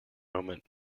moment